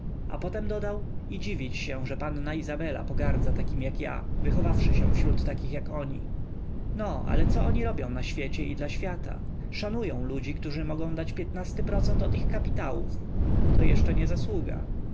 a potem dodał i dziwić się że panna izabela pogardza takim jak ja wychowawszy się wśród takich jak oni no ale co oni robią na świecie i dla świata szanują ludzi którzy mogą dać piętnasty procent od ich kapitałów to jeszcze nie zasługa